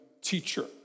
teacher